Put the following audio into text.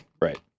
Right